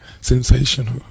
Sensational